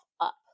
up